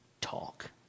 talk